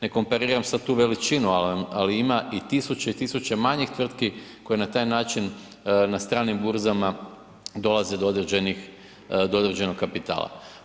Ne kompariram sad tu veličinu, ali ima i tisuće i tisuće manjih tvrtki koje na taj način na stranim burzama dolaze do određenog kapitala.